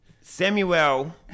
Samuel